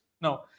No